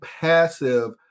passive